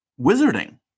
wizarding